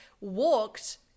walked